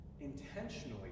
intentionally